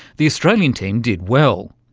the australian team did well,